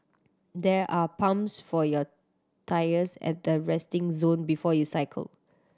there are pumps for your tyres at the resting zone before you cycle